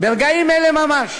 ברגעים אלה ממש